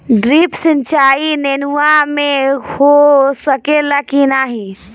Drip सिंचाई नेनुआ में हो सकेला की नाही?